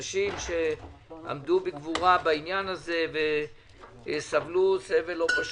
אנשים שעמדו בגבורה בעניין הזה וסבלו סבל לא פשוט.